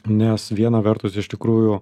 nes viena vertus iš tikrųjų